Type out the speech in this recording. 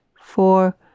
four